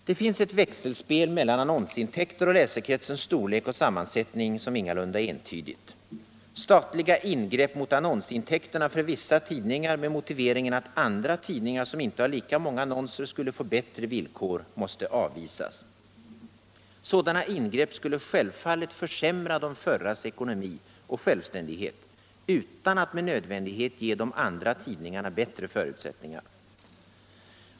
Det finns ett växelspel mellan annonsintäkter och läsekretsens storlek och sammansättning som ingalunda är entydigt. Statliga ingrepp mot annonsintäkterna för vissa tidningar med motiveringen att andra tidningar som inte har lika många annonser skulle få bättre villkor måste avvisas. Sådana ingrepp skulle självfallet försämra de förras ekonomi och självständighet utan att med nödvändighet ge de andra tidningarna bättre förutsättningar.